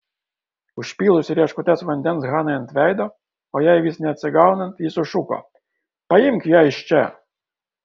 užpylusi rieškutes vandens hanai ant veido o jai vis neatsigaunant ji sušuko paimk ją iš čia